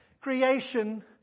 creation